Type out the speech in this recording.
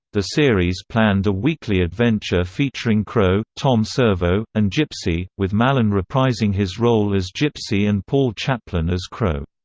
the series planned a weekly adventure featuring crow, tom servo, and gypsy, with mallon reprising his role as gypsy and paul chaplin as crow.